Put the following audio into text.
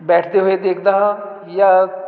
ਬੈਠਦੇ ਹੋਏ ਦੇਖਦਾ ਹਾਂ ਜਾਂ